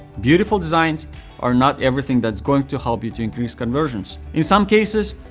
beautiful design are not everything that's going to help you to increase conversions. in some cases,